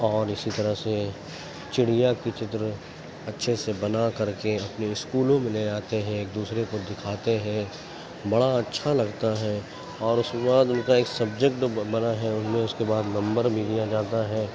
اور اسی طرح سے چڑیا کی چتر اچھے سے بنا کر کے اپنے اسکولوں میں لے جاتے ہیں ایک دوسرے کو دکھاتے ہیں بڑا اچھا لگتا ہے اور اس کے بعد ان کا ایک سبجیکٹ بنا ہے ان میں اس کے بعد نمبر بھی دیا جاتا ہے